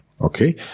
Okay